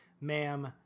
Ma'am